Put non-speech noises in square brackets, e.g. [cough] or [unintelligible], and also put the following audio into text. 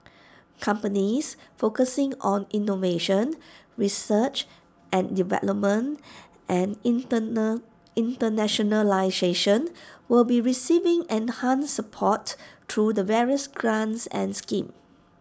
companies focusing on innovation research and development and [unintelligible] internationalisation will be receiving enhanced support through the various grants and schemes